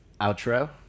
Outro